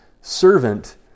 servant